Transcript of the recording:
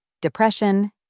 depression